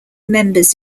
members